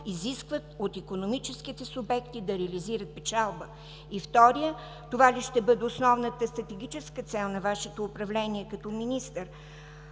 изискват от икономическите субекти да реализират печалба? И вторият: това ли бъде основната стратегическа цел на Вашето управление като министър